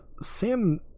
Sam